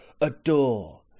Adore